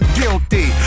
guilty